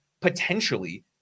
potentially